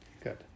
Good